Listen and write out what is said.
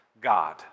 God